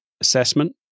assessment